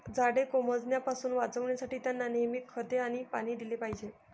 झाडे कोमेजण्यापासून वाचवण्यासाठी, त्यांना नेहमी खते आणि पाणी दिले पाहिजे